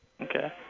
Okay